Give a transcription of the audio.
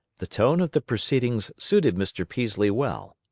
the tone of the proceedings suited mr. peaslee well.